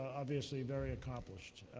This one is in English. obviously, very accomplished.